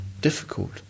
difficult